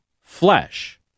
flesh